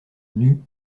nus